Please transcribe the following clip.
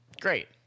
Great